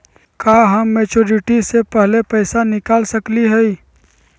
का हम मैच्योरिटी से पहले पैसा निकाल सकली हई?